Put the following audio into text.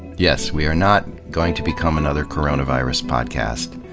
yes, we are not going to become another coronavirus podcast.